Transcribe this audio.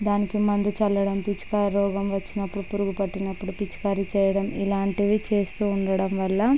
దానికి మందు చల్లడం పిచికారీ రోగం వచ్చినపుడు పురుగు పట్టినపుడు పిచికారీ చేయడం ఇలాంటివి చేస్తూ ఉండడంవల్ల